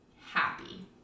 happy